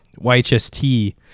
yhst